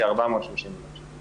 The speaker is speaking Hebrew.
כ-430 מיליון שקל,